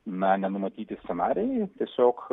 na nenumatyti scenarijai tiesiog